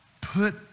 put